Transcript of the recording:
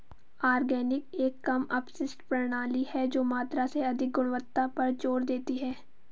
organic एक कम अपशिष्ट प्रणाली है जो मात्रा से अधिक गुणवत्ता पर जोर देती है